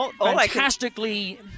fantastically